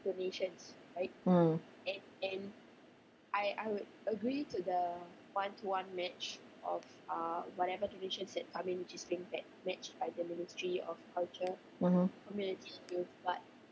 mm mmhmm